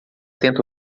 tenta